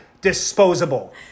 disposable